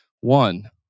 One